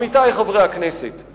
עמיתי חברי הכנסת,